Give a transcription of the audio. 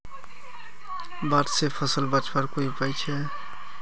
बाढ़ से फसल बचवार कोई उपाय छे?